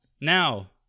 now